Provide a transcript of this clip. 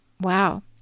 Wow